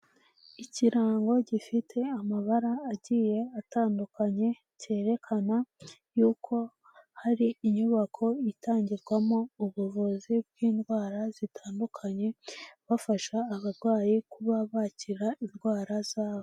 Ikirango gifite amabara agiye atandukanye cyerekana yuko hari inyubako itangirwamo ubuvuzi bw'indwara zitandukanye, bafasha abarwayi kuba bakira indwara zabo.